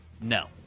no